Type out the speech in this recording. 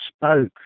spoke